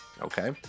Okay